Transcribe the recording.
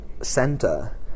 center